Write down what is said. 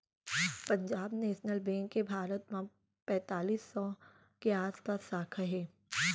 Punjab national bank के भारत म पैतालीस सौ के आसपास साखा हे